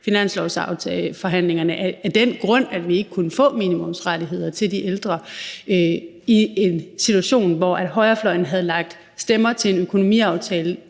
finanslovsforhandlingerne af den grund, at vi ikke kunne få minimumsrettigheder til de ældre i en situation, hvor højrefløjen havde lagt stemmer til en økonomiaftale,